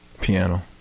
Piano